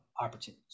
opportunities